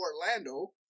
Orlando